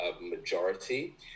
majority